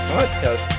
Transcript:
Podcast